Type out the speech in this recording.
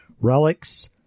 relics